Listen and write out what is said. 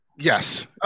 Yes